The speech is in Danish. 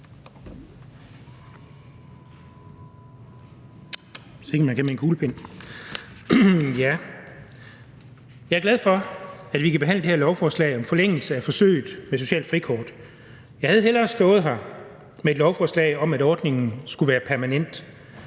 Jeg er glad for, at vi kan behandle det her lovforslag om forlængelse af forsøget med socialt frikort. Jeg havde hellere stået her med et lovforslag om, at ordningen skulle være permanent,